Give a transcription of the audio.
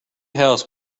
house